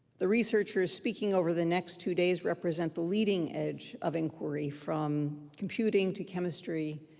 the researchers speaking over the next two days represent the leading edge of inquiry, from computing to chemistry,